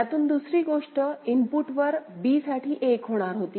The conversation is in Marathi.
त्यातून दुसरी गोष्ट इनपुटवर b साठी 1 होणार होती